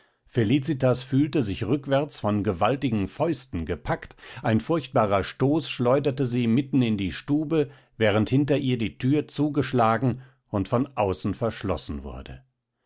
felicitas fühlte sich rückwärts von gewaltigen fäusten gepackt ein furchtbarer stoß schleuderte sie mitten in die stube während hinter ihr die thür zugeschlagen und von außen verschlossen wurde